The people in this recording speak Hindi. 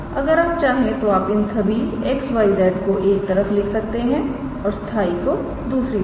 अगर आप चाहें तो आप इन सभी 𝑋 𝑌 𝑍 को एक तरफ रख सकते हैं और स्थाई को दूसरी तरफ